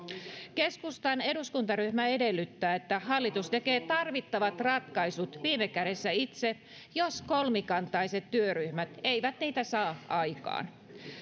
keskustan eduskuntaryhmä edellyttää että hallitus tekee tarvittavat ratkaisut viime kädessä itse jos kolmikantaiset työryhmät eivät niitä saa aikaan